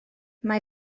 mae